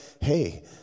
hey